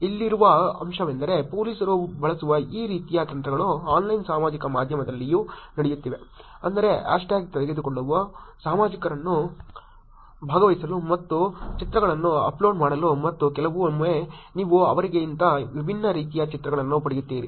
ಇಲ್ಲಿರುವ ಅಂಶವೆಂದರೆ ಪೊಲೀಸರು ಬಳಸುವ ಈ ರೀತಿಯ ತಂತ್ರಗಳು ಆನ್ಲೈನ್ ಸಾಮಾಜಿಕ ಮಾಧ್ಯಮದಲ್ಲಿಯೂ ನಡೆಯುತ್ತಿವೆ ಅಂದರೆ ಹ್ಯಾಶ್ ಟ್ಯಾಗ್ ತೆಗೆದುಕೊಳ್ಳಲು ಸಾರ್ವಜನಿಕರನ್ನು ಭಾಗವಹಿಸಲು ಮತ್ತು ಚಿತ್ರಗಳನ್ನು ಅಪ್ಲೋಡ್ ಮಾಡಲು ಮತ್ತು ಕೆಲವೊಮ್ಮೆ ನೀವು ಅವರಿಗಿಂತ ವಿಭಿನ್ನ ರೀತಿಯ ಚಿತ್ರಗಳನ್ನು ಪಡೆಯುತ್ತೀರಿ